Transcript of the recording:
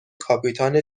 کاپیتان